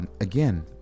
Again